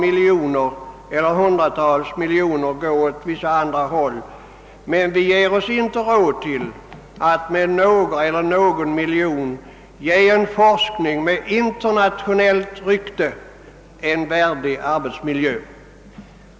I vissa fall anvisas hundratals miljoner kronor till olika ändamål, men vi anser oss inte ha råd att med någon eller några miljoner ge en forskning med internationellt rykte en värdig arbetsmiljö !